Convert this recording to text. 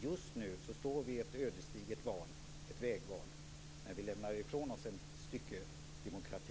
Just nu står vi inför ett ödesdigert vägval, som gäller att lämna ifrån oss ett stycke demokrati.